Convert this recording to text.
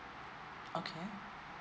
okay